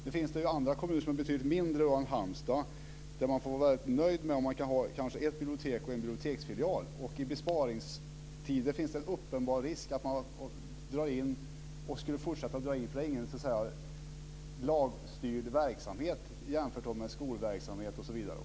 Det finns andra kommuner som är betydligt mindre än Halmstad där man får vara väldigt nöjd om man kan ha ett bibliotek och en biblioteksfilial. I besparingstider finns det en uppenbar risk för att man skulle fortsätta att dra in, därför att det är ingen lagstyrd verksamhet jämfört med skolverksamhet osv.